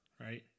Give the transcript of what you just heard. right